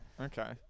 okay